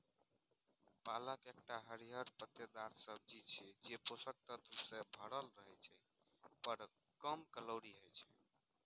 पालक एकटा हरियर पत्तेदार सब्जी छियै, जे पोषक तत्व सं भरल रहै छै, पर कम कैलोरी होइ छै